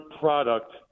product